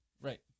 Right